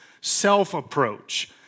self-approach